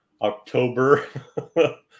October